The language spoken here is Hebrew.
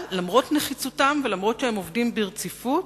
אבל למרות נחיצותם ולמרות שהם עובדים ברציפות,